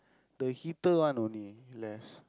the heater one only less